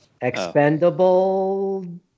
Expendable